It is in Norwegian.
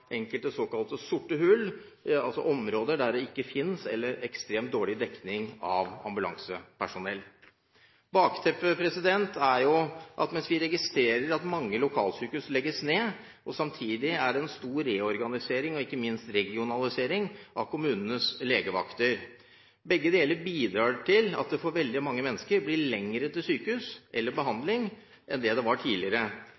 enkelte såkalte sorte hull, altså områder der det ikke finnes, eller er ekstremt dårlig, dekning av ambulansepersonell. Vi registrerer at mange lokalsykehus legges ned, samtidig som det er en stor reorganisering og regionalisering av kommunenes legevakter. Begge deler bidrar til at det for veldig mange mennesker blir lenger til sykehus eller